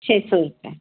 छः सौ रुपये